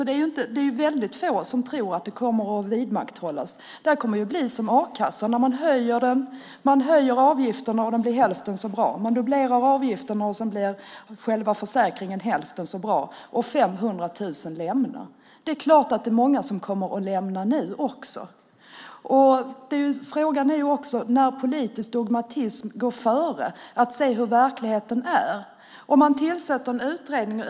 Det är väldigt få som tror att det kommer att vidmakthållas. Det kommer att bli som a-kassan. Man dubblerar avgifterna och sedan blir själva försäkringen hälften så bra, och 500 000 lämnar den. Det är klart att det är många som också nu kommer att lämna. Politisk dogmatism går före att se hur verkligheten är. Man tillsatte en utredning.